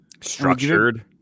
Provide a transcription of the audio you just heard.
Structured